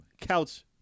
Couch